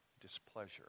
Displeasure